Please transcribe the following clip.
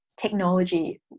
technology